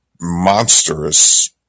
monstrous